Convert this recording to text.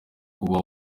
kuba